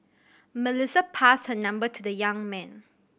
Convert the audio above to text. Melissa passed her number to the young man